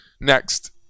Next